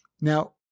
Now